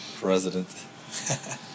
President